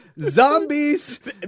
zombies